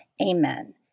Amen